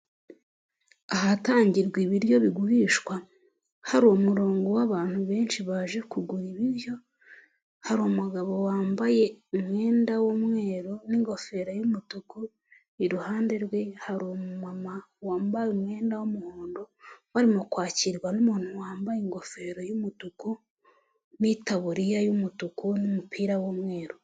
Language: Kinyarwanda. Ahatangirwa ibiryo bigurishwa hari umurongo w'abantu benshi baje kugura ibiryo, hari umugabo wambaye umwenda w'umweru n'ingofero y'umutuku, iruhande rwe hari umumama wambaye umwenda w'umuhondo barimo kwakirwa n'umuntu wambaye ingofero y'umutuku n'itaburiya y'umutuku n'umupira w'umweru.